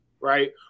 right